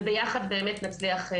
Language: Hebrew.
וביחד באמת נצליח.